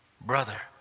brother